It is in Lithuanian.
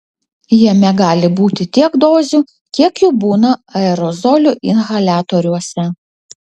jame gali būti tiek dozių kiek jų būna aerozolių inhaliatoriuose